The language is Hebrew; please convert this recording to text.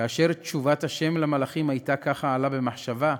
וכאשר תשובת ה' למלאכים הייתה, ככה עלה במחשבה,